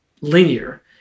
linear